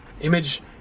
Image